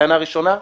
טענה ראשונה,